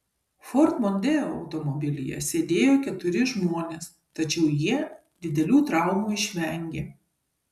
ford mondeo automobilyje sėdėjo keturi žmonės tačiau jie didelių traumų išvengė